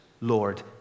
Lord